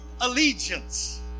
allegiance